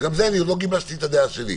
וגם לגבי זה אני עוד לא גיבשתי את הדעה שלי.